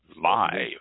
live